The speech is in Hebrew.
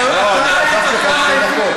אני רוצה להגיד לכם,